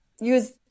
use